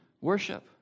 worship